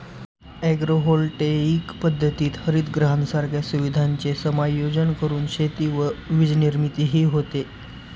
agrovoltaic पद्धतीत हरितगृहांसारख्या सुविधांचे समायोजन करून शेती व वीजनिर्मितीही होते